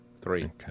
three